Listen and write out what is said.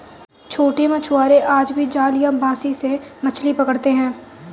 छोटे मछुआरे आज भी जाल या बंसी से मछली पकड़ते हैं